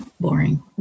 boring